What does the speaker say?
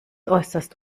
äußerst